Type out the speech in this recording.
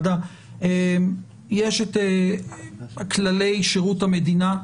יש את כללי שירות המדינה.